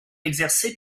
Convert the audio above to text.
exercé